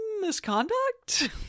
misconduct